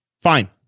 Fine